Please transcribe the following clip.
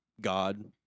God